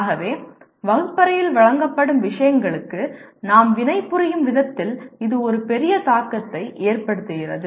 ஆகவே வகுப்பறையில் வழங்கப்படும் விஷயங்களுக்கு நாம் வினைபுரியும் விதத்தில் இது ஒரு பெரிய தாக்கத்தை ஏற்படுத்துகிறது